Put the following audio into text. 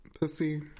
pussy